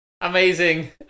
Amazing